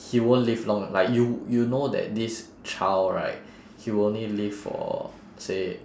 he won't live long like you you know that this child right he will only live for say